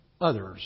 others